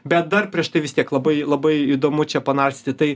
bet dar prieš tai vis tiek labai labai įdomu čia panarstyti tai